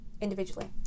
Individually